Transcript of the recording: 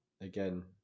Again